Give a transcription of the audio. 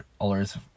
others